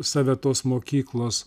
save tos mokyklos